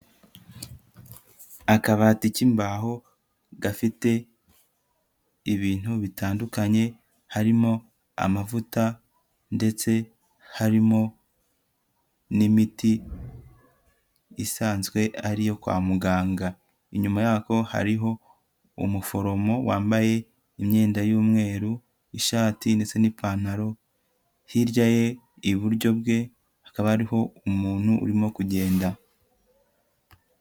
Akabati k'imbaho gafite ibintu bitandukanye, harimo amavuta ndetse harimo n'imiti isanzwe ariyo kwa muganga, inyuma yako hariho umuforomo wambaye imyenda y'umweru, ishati ndetse n'ipantaro, hirya ye iburyo bwe hakaba hariho umuntu urimo kugenda.